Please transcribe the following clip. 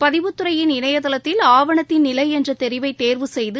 பதிவுத்துறையின் இணையதளத்தில் ஆவணத்தின் நிலை என்ற தெரிவை தேர்வு செய்து